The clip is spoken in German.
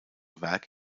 werk